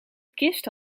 kist